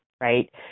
right